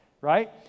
right